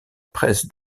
presse